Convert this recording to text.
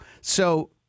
So-